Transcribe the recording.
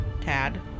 Tad